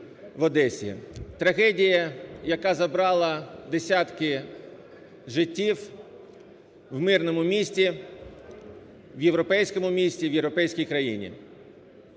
трагедії, яка забрала десятки життів в мирному місті, в європейському місті, в європейській країні.